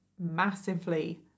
massively